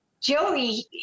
Joey